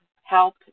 help